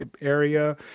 area